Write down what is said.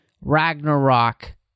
Ragnarok